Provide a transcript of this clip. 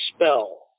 spell